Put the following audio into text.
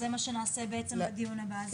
אז זה מה שנעשה בעצם בדיון הבא.